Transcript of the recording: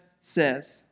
says